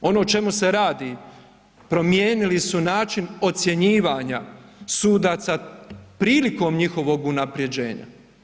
Ono o čemu se radi, promijenili su način ocjenjivanja sudaca prilikom njihovog unapređenja.